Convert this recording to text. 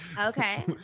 Okay